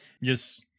Yes